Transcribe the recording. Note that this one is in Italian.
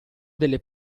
delle